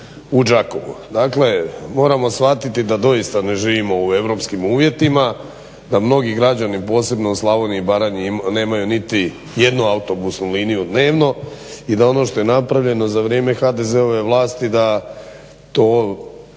Đakovu. Dakle, moramo shvatiti da doista ne živimo u europskim uvjetima, da mnogi građani posebno u Slavoniji i Baranji nemaju niti jednu autobusnu liniju dnevno i da ono što je napravljeno za vrijeme HDZ-ove vlasti to